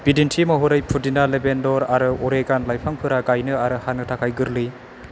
बिदिन्थि महरै पुदीना लेभेन्डार आरो अरेगान' लाइफांफोरा गायनो आरो हानो थाखाय गोरलै